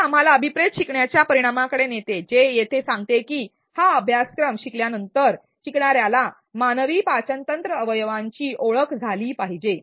हे आम्हाला अभिप्रेत शिकण्याच्या परिणामाकडे नेते जे येथे सांगते की हा अभ्यासक्रम शिकल्यानंतर शिकणाऱ्याला मानवी पाचन तंत्र अवयवांची ओळख झाली पाहिजे